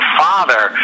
father